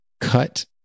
cut